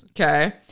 Okay